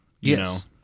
Yes